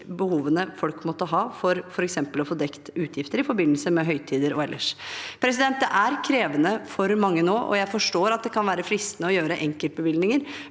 behovene folk måtte ha, f.eks. ved å få dekket utgifter i forbindelse med høytider og ellers. Det er krevende for mange nå, og jeg forstår at det kan være fristende å gjøre enkeltbevilgninger.